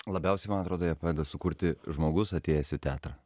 labiausiai man atrodo ją padeda sukurti žmogus atėjęs į teatrą